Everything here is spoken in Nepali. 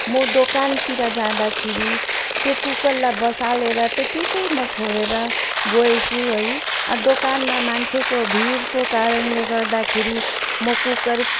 म दोकानतिर जाँदाखेरि त्यो कुकरलाई बसालेर त्यत्तिकै म छोडेर गएछु है दोकानमा मान्छेको भिडको कारणले गर्दाखेरि म कुकर